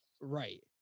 right